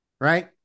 right